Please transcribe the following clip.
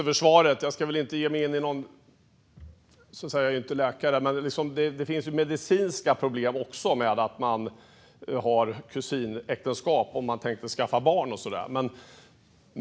Fru talman! Jag är inte läkare, men det finns också medicinska problem med kusinäktenskap, om man tänkte skaffa barn och så.